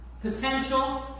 potential